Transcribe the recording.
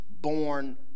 born